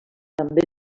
també